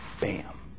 bam